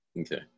okay